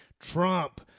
Trump